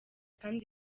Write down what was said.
kandi